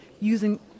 using